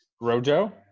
Rojo